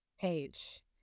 page